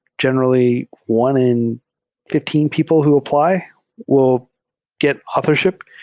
generally, one in fifteen people who apply will get authorship.